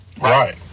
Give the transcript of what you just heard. Right